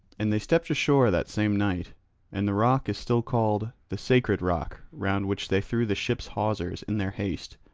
and they stepped ashore that same night and the rock is still called the sacred rock round which they threw the ship's hawsers in their haste.